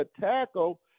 tackle